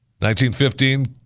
1915